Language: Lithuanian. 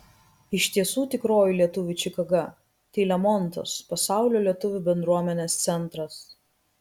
iš tiesų tikroji lietuvių čikaga tai lemontas pasaulio lietuvių bendruomenės centras